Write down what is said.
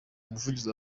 umuvugizi